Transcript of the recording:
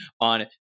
on